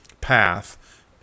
path